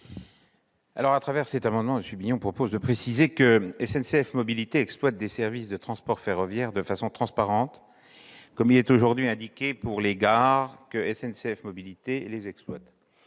commission ? Cet amendement vise à préciser que SNCF Mobilités exploite des services de transport ferroviaire de façon transparente, comme il est aujourd'hui indiqué pour les gares que SNCF Mobilités les exploite